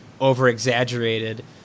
over-exaggerated